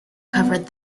covered